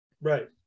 Right